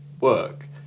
work